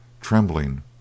trembling